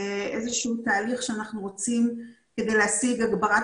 זה איזשהו תהליך שאנחנו רוצים כדי להשיג הגברת